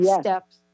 steps